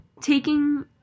taking